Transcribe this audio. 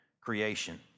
creation